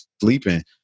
sleeping